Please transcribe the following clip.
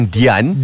Dian